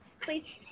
please